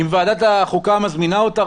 אם ועדת החוקה מזמינה אותה,